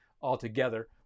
altogether